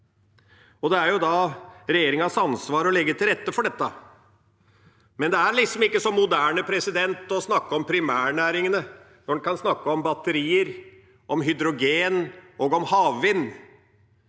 Det er regjeringas ansvar å legge til rette for dette, men det er liksom ikke så moderne å snakke om primærnæringene når en kan snakke om batterier, om hydrogen og om havvind.